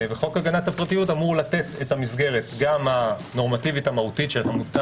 חוק הגנת הפרטיות אמור לתת את המסגרת גם הנורמטיבית המהותית של המותר